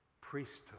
priesthood